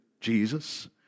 Jesus